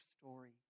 story